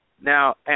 Now